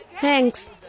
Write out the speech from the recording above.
Thanks